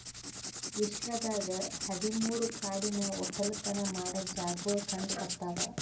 ವಿಶ್ವದಾಗ್ ಹದಿ ಮೂರು ಕಾಡಿನ ಒಕ್ಕಲತನ ಮಾಡೋ ಜಾಗಾಗೊಳ್ ಕಂಡ ಬರ್ತಾವ್